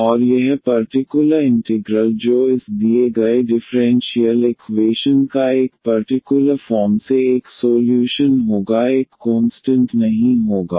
और यह particular integral जो इस दिए गए डिफ़्रेंशियल इकवेशन का एक पर्टिकुलर फॉर्म से एक सोल्यूशन होगा एक कोंस्टंट नहीं होगा